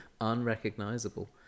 unrecognizable